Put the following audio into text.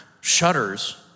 shudders